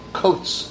coats